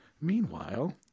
Meanwhile